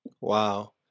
Wow